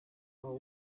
w’u